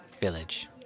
Village